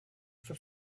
for